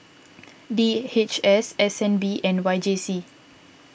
D H S S N B and Y J C